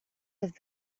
have